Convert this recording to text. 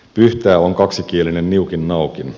pyhtää on kaksikielinen niukin naukin